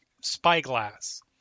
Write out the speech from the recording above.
Spyglass